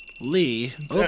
Lee